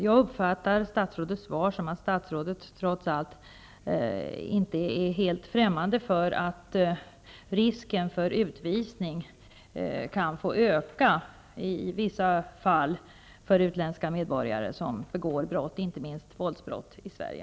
Jag uppfattar statsrådets svar som att statsrådet trots allt inte är helt främmande för att låta risken för utvisning öka i vissa fall när utländska medborgare begår brott, inte minst våldsbrott, i Sverige.